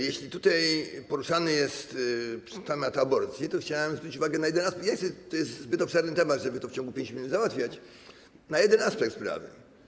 Jeśli tutaj poruszany jest temat aborcji, to chciałem zwrócić uwagę - to jest zbyt obszerny temat, żeby to w ciągu 5 minut załatwiać - na jeden aspekt sprawy.